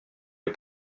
les